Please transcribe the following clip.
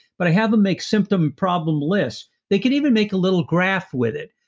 but i have them make symptom problem list. they can even make a little graph with it,